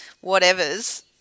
whatever's